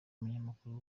umunyamakuru